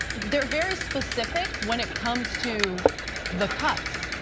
they are very specific when it comes to the cuts.